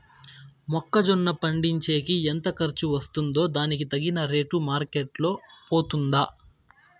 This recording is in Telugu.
మొక్క జొన్న పండించేకి ఎంత ఖర్చు వస్తుందో దానికి తగిన రేటు మార్కెట్ లో పోతుందా?